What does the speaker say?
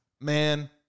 man